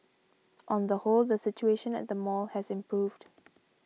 on the whole the situation at the mall has improved